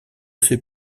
fait